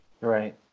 right